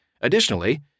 Additionally